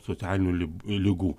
socialinių li ligų